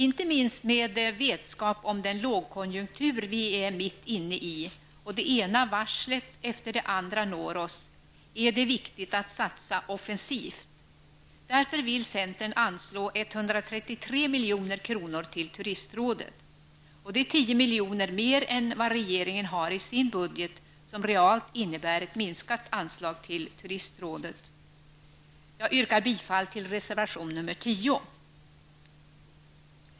Inte minst med vetskap om den lågkonjunktur som vi är mitt inne i och med tanke på att det ena varslet efter det andra når oss, är det viktigt att satsa offensivt. Därför vill centern anslå 133 milj.kr. till turistrådet. Det är 10 milj.kr. mer än vad regeringen har i sin budget, som realt innebär en minskning av anslaget till turistrådet. Jag yrkar bifall till reservation 10.